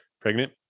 pregnant